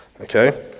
Okay